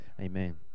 amen